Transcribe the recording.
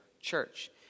church